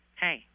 Hey